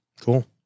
Cool